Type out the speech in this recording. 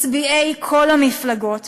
מצביעי כל המפלגות,